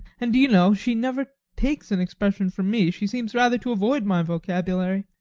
and do you know, she never takes an expression from me. she seems rather to avoid my vocabulary,